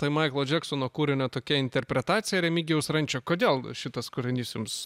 tai maiklo džeksono kūrinio tokia interpretacija remigijaus rančio kodėl šitas kūrinys jums